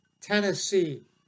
Tennessee